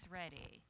ready